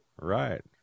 Right